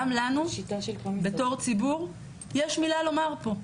גם לנו בתור ציבור יש מילה לומר פה.